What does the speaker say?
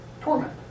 torment